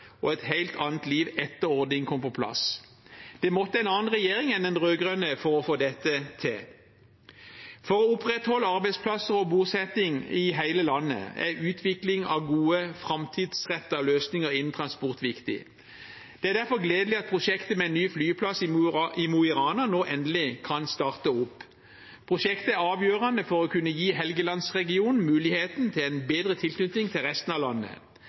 og et helt annet liv etter at ordningen kom på plass. Det måtte til en annen regjering enn den rød-grønne for å få dette til. For å opprettholde arbeidsplasser og bosetting i hele landet er utvikling av gode, framtidsrettede løsninger innen transport viktig. Det er derfor gledelig at prosjektet med ny flyplass i Mo i Rana nå endelig kan starte opp. Prosjektet er avgjørende for å kunne gi Helgelandsregionen muligheten til en bedre tilknytning til resten av landet.